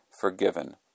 forgiven